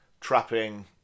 trapping